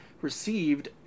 received